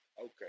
Okay